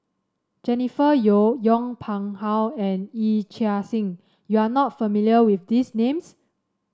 Jennifer Yeo Yong Pung How and Yee Chia Hsing you are not familiar with these names